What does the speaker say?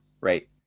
right